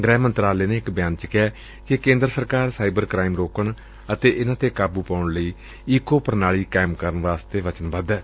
ਗ੍ਰਹਿ ਮੰਤਰਾਲੇ ਨੇ ਇਕ ਬਿਆਨ ਚ ਕਿਹੈ ਕਿ ਕੇਦਰ ਸਰਕਾਰ ਸਾਈਬਰ ਕਰਾਈਮ ਰੋਕਣ ਅਤੇ ਇਨੂਾ ਤੇ ਕਾਬੂ ਪਾਉਣ ਲਈ ਈਕੋ ਪ੍ਰਣਾਲੀ ਕਾਇਮ ਕਰਨ ਲਈ ਵਚਨਬੱਧ ਏ